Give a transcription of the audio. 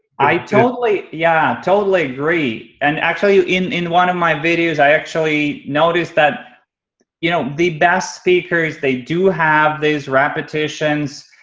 i totally yeah totally agree. and actually, in in one of my videos, i actually noticed that you know the best speakers they do have these repetitions,